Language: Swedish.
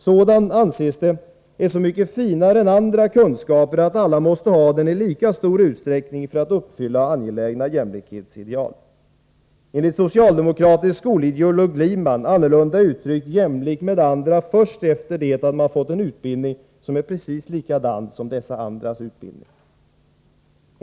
Sådan — anses det — är så mycket finare än andra kunskaper att alla måste ha den i lika stor utsträckning för att uppfylla angelägna jämlikhetsideal. Enligt socialdemokratisk skolideologi blir man — annorlunda uttryckt — jämlik med andra först efter det att man fått en utbildning som är precis likadan som dessa andras utbildning.